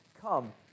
Come